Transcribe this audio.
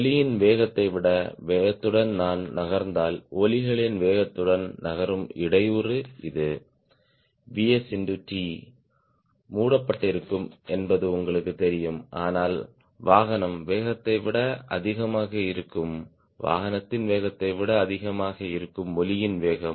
ஒலியின் வேகத்தை விட வேகத்துடன் நான் நகர்ந்தால் ஒலிகளின் வேகத்துடன் நகரும் இடையூறு இது Vs t மூடப்பட்டிருக்கும் என்பது உங்களுக்குத் தெரியும் ஆனால் வாகனம் வேகத்தை விட அதிகமாக இருக்கும் வாகனத்தின் வேகம் விட அதிகமாக இருக்கும் ஒலியின் வேகம்